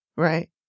Right